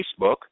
Facebook